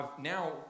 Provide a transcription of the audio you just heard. now